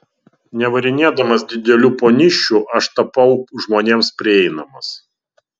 nevarinėdamas didelių ponysčių aš tapau žmonėms prieinamas